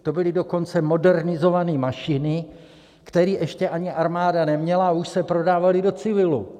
To byly dokonce modernizované mašiny, které ještě ani armáda neměla, a už se prodávaly do civilu.